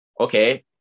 okay